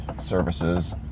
services